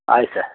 ಆಯ್ತು ಸರ್